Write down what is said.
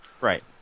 Right